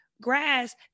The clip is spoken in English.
grass